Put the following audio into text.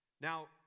Now